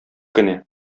кенә